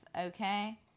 okay